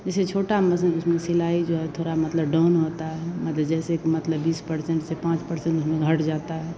जैसे छोटी मसीन उसमें सिलाई जो है थोड़ी मतलब डाउन होती है मत जैसे कि मतलब बीस परसेंट से पाँच परसेंट उसमें से हट जाता है